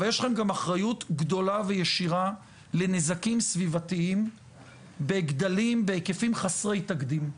אבל יש לכם גם אחריות גדולה וישירה לנזקים סביבתיים בהיקפים חסרי תקדים.